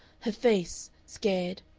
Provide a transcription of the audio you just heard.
her face scared,